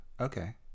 Okay